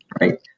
right